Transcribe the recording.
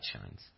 shines